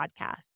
podcast